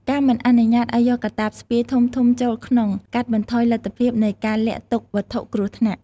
ការមិនអនុញ្ញាតឱ្យយកកាតាបស្ពាយធំៗចូលក្នុង កាត់បន្ថយលទ្ធភាពនៃការលាក់ទុកវត្ថុគ្រោះថ្នាក់។